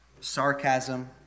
sarcasm